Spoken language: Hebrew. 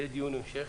יהיה דיון המשך